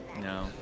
No